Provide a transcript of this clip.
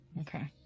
Okay